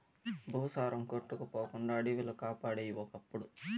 భూసారం కొట్టుకుపోకుండా అడివిలు కాపాడేయి ఒకప్పుడు